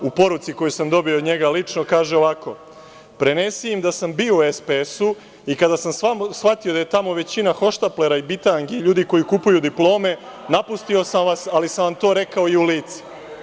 U poruci koju sam dobio od njega lično kaže ovako – prenesi im da sam bio u SPS i kada sam shvatio da je tamo većina hohštaplera i bitangi, ljudi koji kupuju diplome, napustio sam vas, ali sam vam to rekao i u lice.